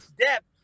depth